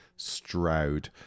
Stroud